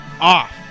off